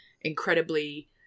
incredibly